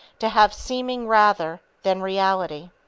to have seeming rather than reality.